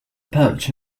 perch